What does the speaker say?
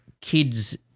kid's